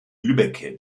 lübbecke